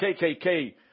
KKK